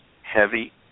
heavy